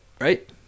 Right